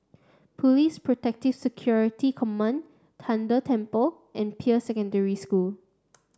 Police Protective Security Command Tian De Temple and Peirce Secondary School